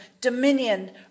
dominion